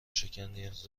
شکرنیاز